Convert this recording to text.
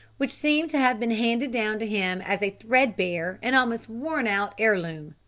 which seemed to have been handed down to him as a threadbare and almost worn-out heirloom.